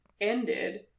ended